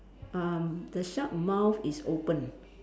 um the shark mouth is open